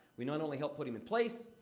we not only helped put him in place,